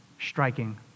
striking